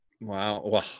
Wow